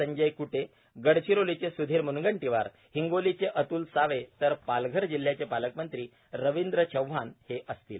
संजय कुटे गडविरोलीचे सुधीर मुनगंटीवार हिंगोलीचे अतुल सावे तर पालघर जिल्ह्याचे पालकमंत्री रविंद्र चव्हाण हे असतील